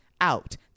out